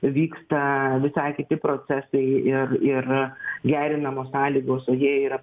vyksta visai kiti procesai ir ir gerinamos sąlygos o jie yra